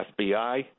FBI